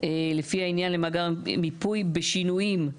לפי העניין למאגר מיפוי בשינויים".